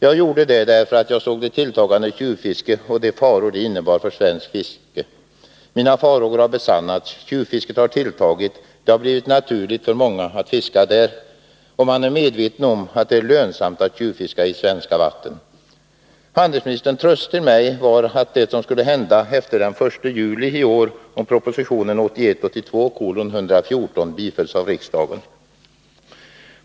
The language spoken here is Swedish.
Jag gjorde det därför att jag såg det tilltagande tjuvfisket och de faror det innebar för svenskt fiske. Mina farhågor har besannats. Tjuvfisket har tilltagit. Det har blivit naturligt för många att fiska i svenska vatten, och man är medveten om att det är lönsamt att tjuvfiska där. Handelsministerns tröst till mig var det som skulle hända efter den 1 juli i år om propositionen 1981/82:114 bifölls av riksdagen.